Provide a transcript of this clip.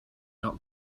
not